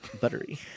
Buttery